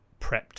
prepped